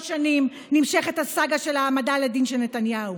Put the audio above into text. יותר משלוש שנים נמשכת הסאגה של העמדה לדין של נתניהו.